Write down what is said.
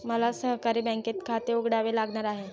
मला सहकारी बँकेत खाते उघडावे लागणार आहे